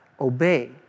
obey